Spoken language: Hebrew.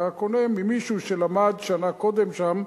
אתה קונה ממישהו שלמד שנה קודם שם,